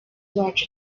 wacu